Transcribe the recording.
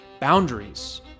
boundaries